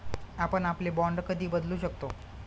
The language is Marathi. आपण आपले बाँड कधी बदलू शकतो?